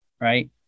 right